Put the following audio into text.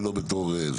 ושוב,